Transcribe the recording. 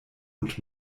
und